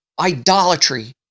Idolatry